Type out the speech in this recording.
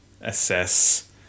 assess